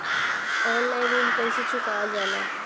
Online ऋण कईसे चुकावल जाला?